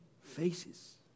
Faces